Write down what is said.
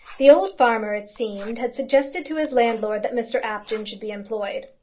the old farmer, it seemed, had suggested to his landlord that mr apjohn should be employed.